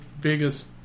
biggest